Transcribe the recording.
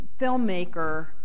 filmmaker